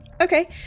okay